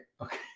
Okay